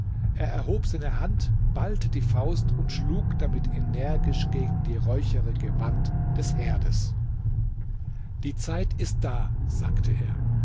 er erhob seine hand ballte die faust und schlug damit energisch gegen die räucherige wand des herdes die zeit ist da sagte er